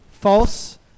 False